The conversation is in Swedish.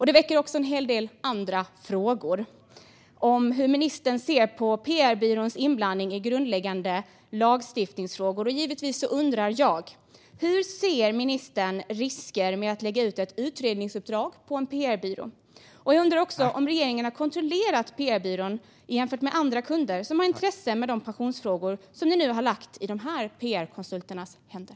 Det väcker också en hel del andra frågor om hur ministern ser på pr-byråns inblandning i grundläggande lagstiftningsfrågor. Givetvis undrar jag: Vilka risker ser ministern med att lägga ut ett utredningsuppdrag på en pr-byrå? Jag undrar också om regeringen har kontrollerat pr-byrån jämfört med andra kunder som har intressen i de pensionsfrågor som nu har lagts i de här pr-konsulternas händer.